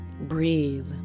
breathe